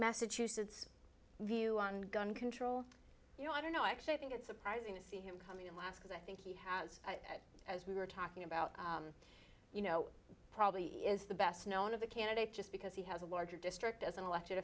massachusetts view on gun control you know i don't know actually i think it's surprising to see him coming in last because i think he has as we were talking about you know probably is the best known of the candidate just because he has a larger district as an elected